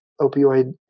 opioid